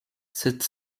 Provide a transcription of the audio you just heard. sept